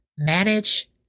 Manage